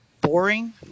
boring